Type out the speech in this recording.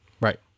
Right